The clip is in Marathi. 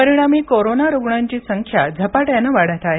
परिणामी कोरोना रुग्णांची संख्या झपाट्यानं वाढत आहे